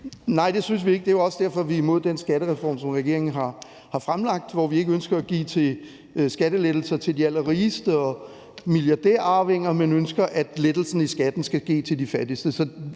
Nej, det synes vi ikke. Det er jo også derfor, at vi er imod den skattereform, som regeringen har fremlagt, hvor vi ikke ønsker at give skattelettelser til de allerrigeste og milliardærarvinger, men ønsker, at lettelsen i skatten skal ske til de fattigste.